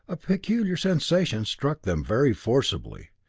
a peculiar sensation struck them very forcibly.